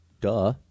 Duh